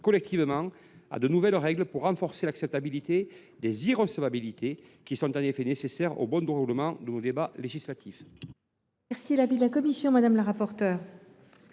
collectivement à de nouvelles règles pour une meilleure acceptabilité des irrecevabilités, qui sont nécessaires au bon déroulement de nos débats législatifs.